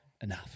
enough